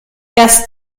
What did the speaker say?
erst